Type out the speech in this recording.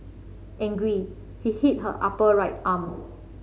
angry he hit her upper right arm